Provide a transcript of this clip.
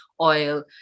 oil